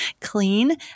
clean